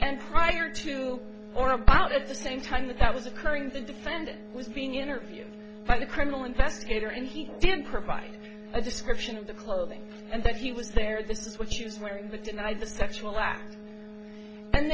and prior to or about at the same time that that was occurring the defendant was being interviewed by the criminal investigator and he did provide a description of the clothing and that he was there this is what the sexual act and